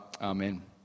Amen